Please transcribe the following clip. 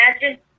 imagine